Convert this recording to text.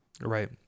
right